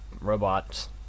robots